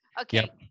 Okay